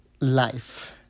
life